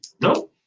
no